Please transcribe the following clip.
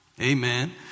Amen